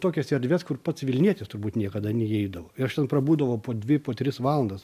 tokias erdves kur pats vilnietis turbūt niekada neįeidavo aš ten prabūdavau po dvi po tris valandas